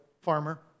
farmer